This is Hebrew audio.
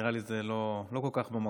נראה לי שזה לא כל כך במקום.